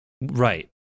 Right